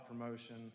promotion